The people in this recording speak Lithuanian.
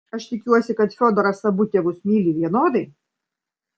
aš tikiuosi kad fiodoras abu tėvus myli vienodai